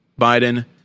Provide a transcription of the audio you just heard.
Biden